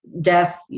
death